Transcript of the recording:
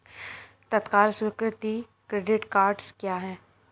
तत्काल स्वीकृति credit cards क्या हैं?